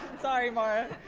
sorry mara,